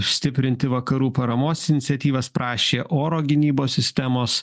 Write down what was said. stiprinti vakarų paramos iniciatyvas prašė oro gynybos sistemos